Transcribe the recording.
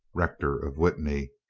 rector of witney,